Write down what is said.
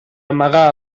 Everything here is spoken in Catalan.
amagar